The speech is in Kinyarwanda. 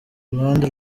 ruhande